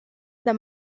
the